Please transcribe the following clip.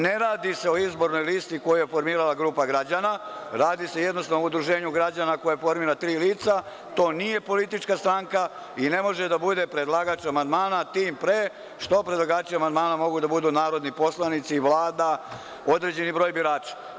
Ne radi se o izbornoj listi koju je formirala grupa građana, radi se jednostavno o Udruženju građana koje formira tri lica, to nije politička stranka i ne može da bude predlagač amandmana tim pre što predlagači amandmana mogu da budu narodni poslanici, Vlada, određeni broj birača.